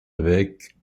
évêque